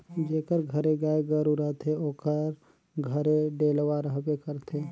जेकर घरे गाय गरू रहथे ओकर घरे डेलवा रहबे करथे